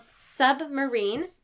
submarine